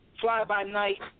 fly-by-night